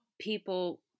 people